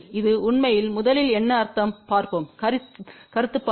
இது உண்மையில் முதலில் என்ன அர்த்தம்பார்ப்போம் கருத்து பார்வை